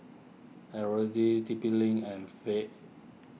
Eveready T P Link and Fab